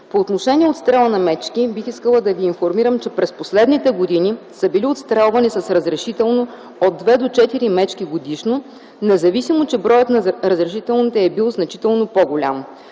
По отношение отстрела на мечки бих искала да ви информирам, че последните години са били отстрелвани с разрешително от 2 до 4 мечки годишно, независимо, че броят на разрешителните е бил значително по-голям.